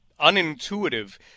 unintuitive